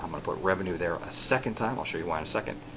um gonna put revenue there, a second time. i'll show you why in a second?